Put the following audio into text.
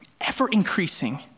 ever-increasing